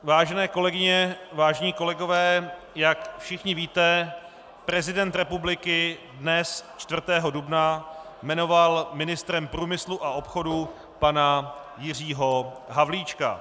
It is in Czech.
Vážené kolegyně, vážení kolegové, jak všichni víte, prezident republiky dnes, 4. dubna, jmenoval ministrem průmyslu a obchodu pana Jiřího Havlíčka.